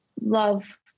love